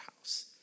house